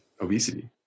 obesity